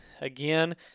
again